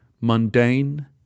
Mundane